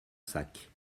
sac